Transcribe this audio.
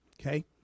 okay